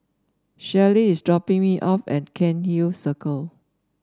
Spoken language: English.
Shelly is dropping me off at Cairnhill Circle